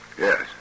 Yes